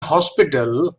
hospital